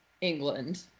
England